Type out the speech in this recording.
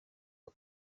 uba